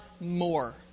more